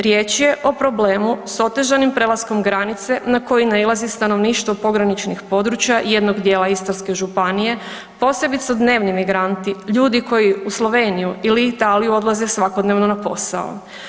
Riječ je o problemu s otežanim prelaskom granice na koji nailazi stanovništvo pograničnih područja jednog djela Istarske županije, posebice dnevni migranti, ljudi koji u Sloveniji ili Italiju odlaze svakodnevno na posao.